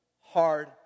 hard